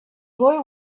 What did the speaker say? boy